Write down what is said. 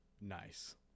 Nice